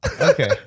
okay